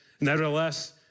nevertheless